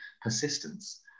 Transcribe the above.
persistence